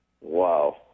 Wow